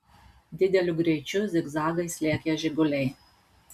dideliu greičiu zigzagais lėkė žiguliai